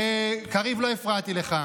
שהחומות בבית הראשון, קריב, לא הפרעתי לך.